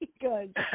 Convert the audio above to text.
Good